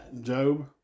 Job